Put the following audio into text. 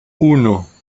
uno